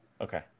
okay